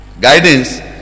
guidance